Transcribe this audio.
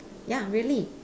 ya really